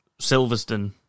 Silverstone